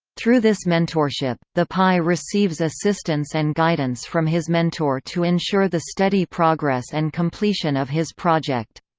through this mentorship, the pi receives assistance and guidance from his mentor to ensure the steady progress and completion of his project.